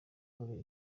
kuri